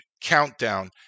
COUNTDOWN